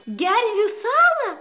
gervių salą